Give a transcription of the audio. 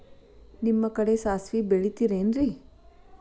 ನಿಮ್ಮ ಕಡೆ ಸಾಸ್ವಿ ಬೆಳಿತಿರೆನ್ರಿ?